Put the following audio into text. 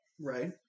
right